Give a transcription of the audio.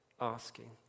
asking